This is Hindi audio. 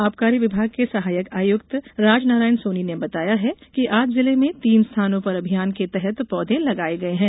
आबकारी विभाग के सहायक आयुक्त राजनारायण सोनी ने बताया है कि आज जिले में तीन स्थानों पर अभियान के तहत पौधे लगाए गए है